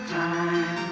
time